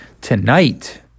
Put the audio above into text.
Tonight